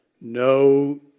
no